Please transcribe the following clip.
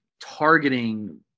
targeting